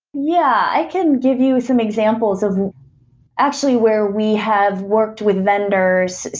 yeah, i can give you some examples of actually, where we have worked with vendors.